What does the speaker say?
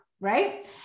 right